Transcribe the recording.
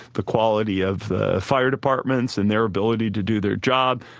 the quality of the fire departments and their ability to do their job.